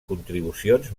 contribucions